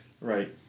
Right